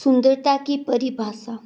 सुंदरता की परिभाषा